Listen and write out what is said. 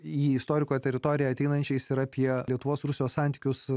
į istoriko teritoriją ateinančiais ir apie lietuvos rusijos santykius